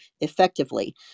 effectively